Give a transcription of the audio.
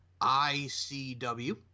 ICW